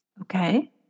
Okay